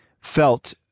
felt